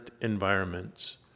environments